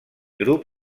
grup